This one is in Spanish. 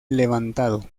levantado